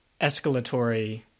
escalatory